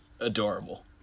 adorable